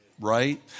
Right